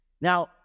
Now